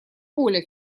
поле